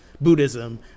Buddhism